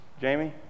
Jamie